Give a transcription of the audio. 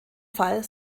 fall